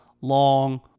long